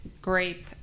grape